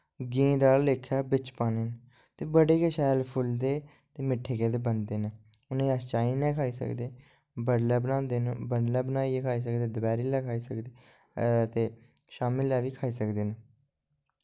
गेंद आह्ले लेखा बिच्च पाने ते बड़े गै शैल फुल्लदे ते मिट्ठे गेदे बनदे न उ'नें गी अस चाऽ कन्नै खाई सकदे बडलै बनांदे न बडलै बनाई सकदे न ते शामीं बनाइयै खाई सकदे न अ शामीं लै बी खाई सकदे न